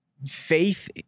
faith